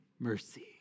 Mercy